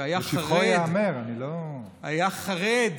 שהיה חרד, לשבחו ייאמר, אני לא, היה חרד